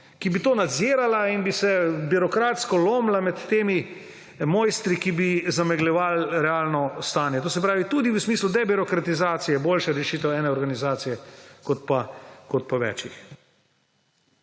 ki bi to nadzirala in bi se birokratsko lomila med temi mojstri, ki bi zamegljevali realno stanje. To se pravi tudi v smislu debirokratizacije je boljša rešitev ene organizacije kot pa več.